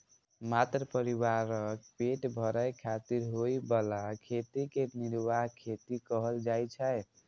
मात्र परिवारक पेट भरै खातिर होइ बला खेती कें निर्वाह खेती कहल जाइ छै